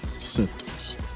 symptoms